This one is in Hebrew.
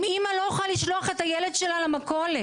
אם אימא לא יכולה לשלוח את הילד שלה למכולת,